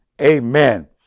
amen